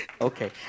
Okay